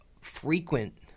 frequent